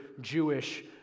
Jewish